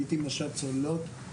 הייתי מש"ק צוללות,